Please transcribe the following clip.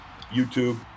YouTube